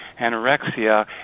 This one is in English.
anorexia